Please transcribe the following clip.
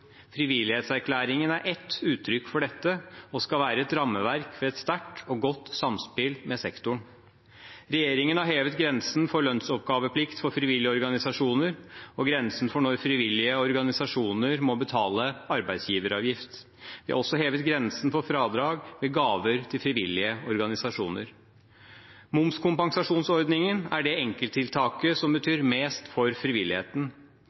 Frivillighetserklæringen er ett uttrykk for dette og skal være et rammeverk for et sterkt og godt samspill med sektoren. Regjeringen har hevet grensen for lønnsoppgaveplikt for frivillige organisasjoner og grensen for når frivillige organisasjoner må betale arbeidsgiveravgift. Vi har også hevet grensen for fradrag ved gaver til frivillige organisasjoner. Momskompensasjonsordningen er det enkelttiltaket som betyr mest for frivilligheten.